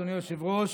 אדוני היושב-ראש,